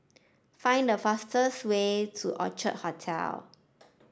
find the fastest way to Orchard Hotel